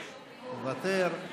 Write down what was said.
מוותר,